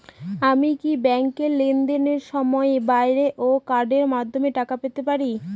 আমি কি ব্যাংকের লেনদেনের সময়ের বাইরেও কার্ডের মাধ্যমে টাকা পেতে পারি?